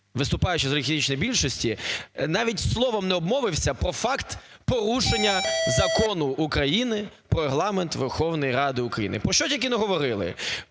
виступаючий з олігархічної більшості навіть слово не обмовився про факти порушення Закону України "Про Регламент Верховної Ради України". Про що тільки не говорили: